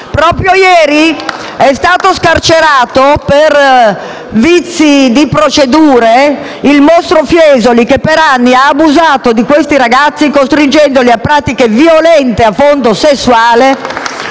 Proprio ieri è stato scarcerato per vizi di procedura il mostro Fiesoli, che per anni ha abusato di questi ragazzi, costringendoli a pratiche violente a sfondo sessuale.